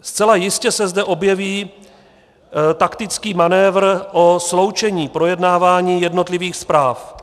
Zcela jistě se zde objeví taktický manévr o sloučení projednávání jednotlivých zpráv.